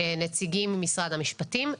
נציגים משרד המשפטים,